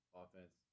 offense